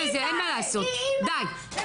הנציגים שנמצאים פה,